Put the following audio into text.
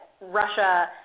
Russia